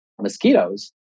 mosquitoes